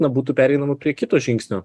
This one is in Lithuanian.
na būtų pereinama prie kito žingsnio